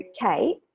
Kate